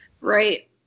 Right